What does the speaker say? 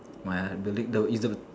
what building though isn't